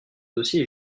dossier